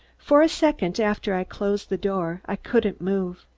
for a second, after i closed the door, i couldn't move.